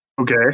Okay